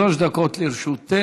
שלוש דקות לרשותך.